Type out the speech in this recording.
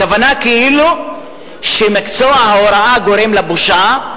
הכוונה היא כאילו שמקצוע ההוראה גורם לבושה,